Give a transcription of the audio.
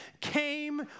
came